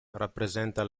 rappresenta